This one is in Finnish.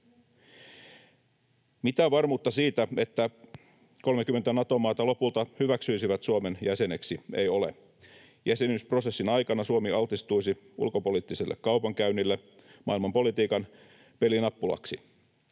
Mitään varmuutta siitä, että 30 Nato-maata lopulta hyväksyisivät Suomen jäseneksi, ei ole. Jäsenyysprosessin aikana Suomi altistuisi ulkopoliittiselle kaupankäynnille, maailmanpolitiikan pelinappulaksi.